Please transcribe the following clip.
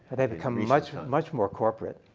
they've become much, much more corporate.